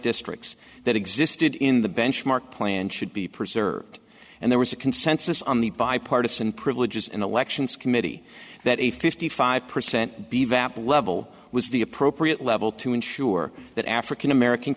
districts that existed in the benchmark plan should be preserved and there was a consensus on the bipartisan privileges in elections committee that a fifty five percent be vapid level was the appropriate level to ensure that african american